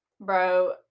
bro